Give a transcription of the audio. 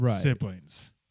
siblings